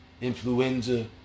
Influenza